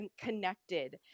connected